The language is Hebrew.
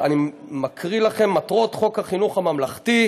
אני מקריא לכם: מטרות חוק החינוך הממלכתי,